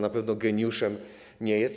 Na pewno geniuszem nie jest.